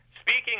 Speaking